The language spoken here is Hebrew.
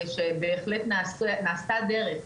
שבהחלט נעשתה דרך,